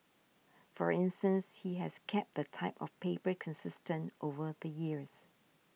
for instance he has kept the type of paper consistent over the years